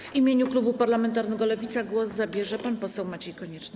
W imieniu klubu parlamentarnego Lewica głos zabierze pan poseł Maciej Konieczny.